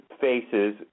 faces